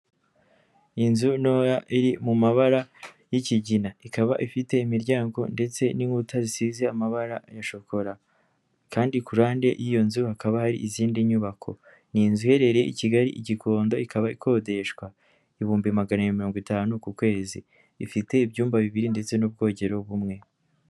Inzu ntoya iri mu mabara y'ikigina ikaba ifite imiryango ndetse n'inkuta zisize amabara ya shokora, kandi kurande y'iyo nzu hakaba hari izindi nyubako. N'inzu iherereye i Kigali i Gikondo, ikaba ikodeshwa ibihumbi magana abiri na mirongo itanu ku kwezi, ifite ibyumba bibiri ndetse n'ubwogero bumwe.